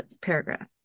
paragraph